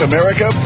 America